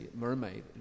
Mermaid